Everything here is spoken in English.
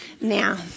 now